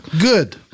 Good